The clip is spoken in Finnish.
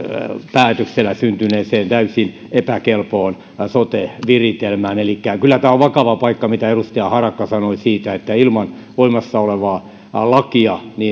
päätöksellä syntyneeseen täysin epäkelpoon sote viritelmään elikkä kyllä tämä on vakava paikka mitä edustaja harakka sanoi siitä että ilman voimassa olevaa lakia